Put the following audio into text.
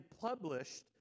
published